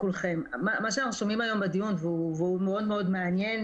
מה שאנחנו שומעים היום בדיון והוא מאוד מעניין,